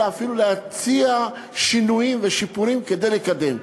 אלא אפילו להציע שינויים ושיפורים כדי לקדם.